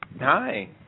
Hi